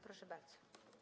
Proszę bardzo.